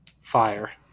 fire